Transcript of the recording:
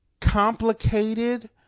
complicated